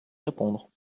répondre